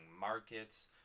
markets